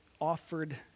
offered